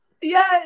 yes